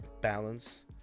balance